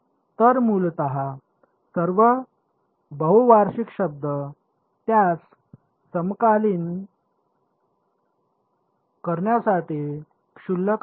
तर मूलत सर्व बहुवार्षिक शब्द त्यास समाकलित करण्यासाठी क्षुल्लक असतात